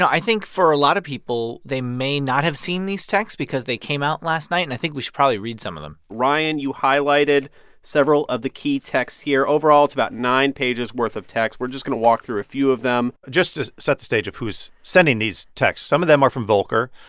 i think for a lot of people, they may not have seen these texts because they came out last night. and i think we should probably read some of them ryan, you highlighted several of the key texts here. overall, it's about nine pages worth of texts. we're just going to walk through a few of them just to set the stage of who's sending these texts, some of them are from volker.